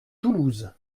toulouse